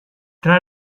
tra